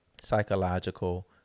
psychological